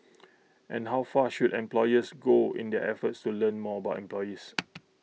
and how far should employers go in their efforts to learn more about employees